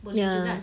ya